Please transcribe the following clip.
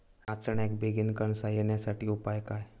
नाचण्याक बेगीन कणसा येण्यासाठी उपाय काय?